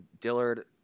Dillard